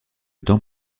temps